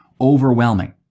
overwhelming